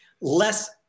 Less